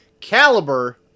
Caliber